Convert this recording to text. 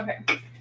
Okay